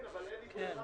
אז תיתן גם לארגון טרור.